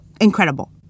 incredible